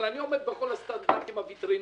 אבל אני עומד בכל הסטנדרטים הווטרינריים,